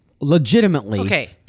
legitimately